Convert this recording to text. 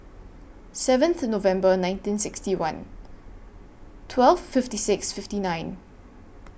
seventh November nineteen sixty one twelve fifty six fifty nine